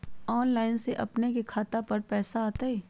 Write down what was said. Online से अपने के खाता पर पैसा आ तई?